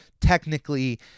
technically